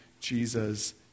Jesus